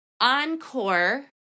Encore